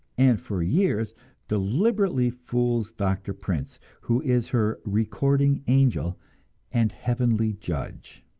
and for years deliberately fools doctor prince, who is her recording angel and heavenly judge!